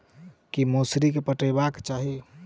की मौसरी केँ पटेबाक चाहि?